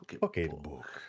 pocketbook